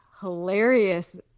hilarious